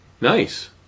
Nice